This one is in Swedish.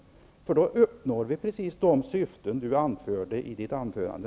Då uppnås precis de syften som han nyss anförde.